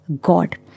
God